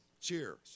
Cheers